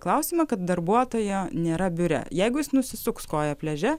klausimą kad darbuotojo nėra biure jeigu jis nusisuks koją pliaže